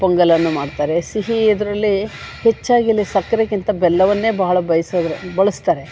ಪೊಂಗಲನ್ನು ಮಾಡ್ತಾರೆ ಸಿಹಿ ಇದ್ರಲ್ಲಿ ಹೆಚ್ಚಾಗಿ ಇಲ್ಲಿ ಸಕ್ರೆಗಿಂತ ಬೆಲ್ಲವನ್ನೇ ಭಾಳ ಬಯ್ಸೋದು ಬಳಸ್ತಾರೆ